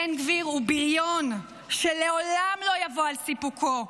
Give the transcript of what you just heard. בן גביר הוא בריון שלעולם לא יבוא על סיפוקו,